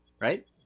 right